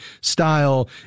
style